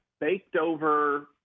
baked-over